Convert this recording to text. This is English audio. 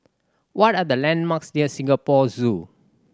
what are the landmarks near Singapore Zoo